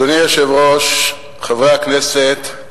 אדוני היושב-ראש, חברי הכנסת,